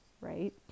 right